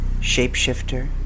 shapeshifter